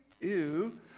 ew